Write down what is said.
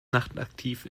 nachtaktiv